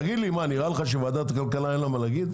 תגיד לי, נראה לך שלוועדת הכלכלה אין מה להגיד?